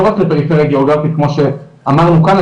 רק לפריפריה גיאוגרפית כמו שאמרנו כאן,